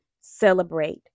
celebrate